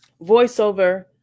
voiceover